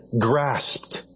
grasped